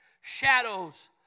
shadows